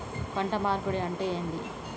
పంట మార్పిడి అంటే ఏంది?